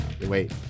wait